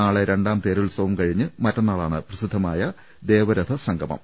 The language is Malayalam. നാളെ രണ്ടാം തേരുത്സവം കഴിഞ്ഞ് മറ്റന്നാളാണ് പ്രസിദ്ധമായ ദേവരഥ സംഗമം